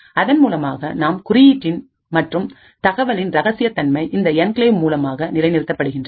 அதன் மூலமாக நாம் குறியீட்டின் மற்றும் தகவலின் இரகசியத்தன்மை இந்த என்கிளேவ் மூலமாக நிலை நிறுத்தப்படுகின்றது